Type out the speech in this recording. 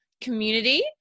community